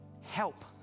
help